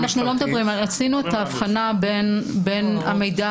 עשינו את ההבחנה בין המידע,